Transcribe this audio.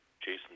Jason